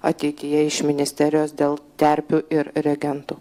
ateityje iš ministerijos dėl terpių ir reagentų